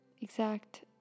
exact